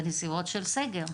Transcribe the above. בנסיבות של סגר.